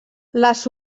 les